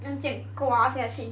干却刮下去